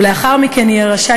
ולאחר מכן יהיה רשאי,